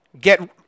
get